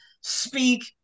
speak